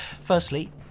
firstly